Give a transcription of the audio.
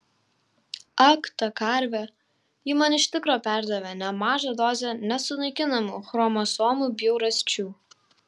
ak ta karvė ji man iš tikro perdavė nemažą dozę nesunaikinamų chromosomų bjaurasčių